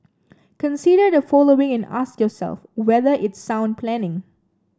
consider the following and ask yourself whether it's sound planning